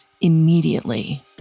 immediately